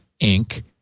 Inc